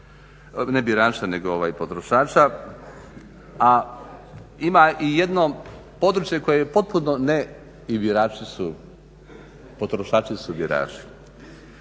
ne birača nego potrošača. A ima i jedno područje koje je potpuno, i birači su potrošači, potrošači